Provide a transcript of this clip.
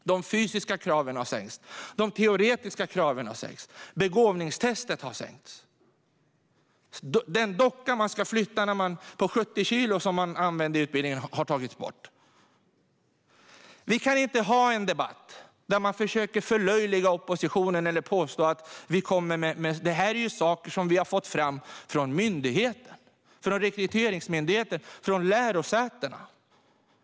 De fysiska kraven har sänkts, de teoretiska kraven har sänkts och kraven i begåvningstestet har sänkts. Den docka på 70 kilo som man ska flytta som förr användes i utbildningen har tagits bort. Vi kan inte ha en debatt där man försöker förlöjliga oppositionen eller påstå att vi kommer med felaktigheter. Det här är saker som vi har fått fram från Rekryteringsmyndigheten och lärosätena.